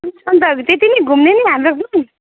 अनि त अब त्यत्ति नै घुम्ने नि हाम्रो